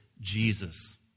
Jesus